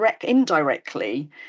indirectly